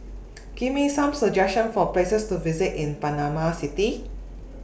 Give Me Some suggestions For Places to visit in Panama City